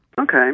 Okay